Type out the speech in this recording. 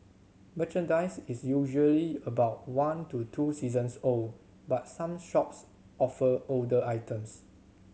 merchandise is usually about one to two seasons old but some shops offer older items